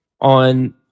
on